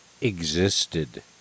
existed